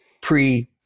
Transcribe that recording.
pre